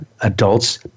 adults